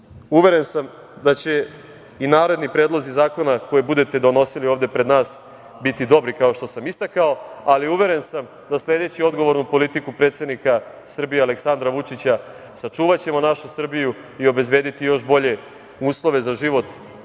zemlje. Uveren sam da će i naredni predlozi zakona koje budete donosili ovde pred nas biti dobri, kao što sam i istakao, ali uveren sam da, sledeći odgovornu politiku predsednika Srbije Aleksandra Vučića, sačuvaćemo našu Srbiju o obezbediti još bolje uslove za život